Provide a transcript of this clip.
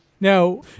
Now